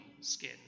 skin